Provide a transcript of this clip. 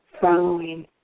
following